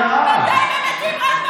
הוא כל היום צעק: אנשים מתים.